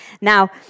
Now